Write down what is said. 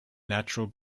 natural